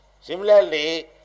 Similarly